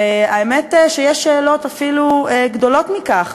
והאמת, יש שאלות אפילו גדולות מכך.